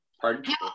pardon